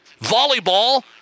Volleyball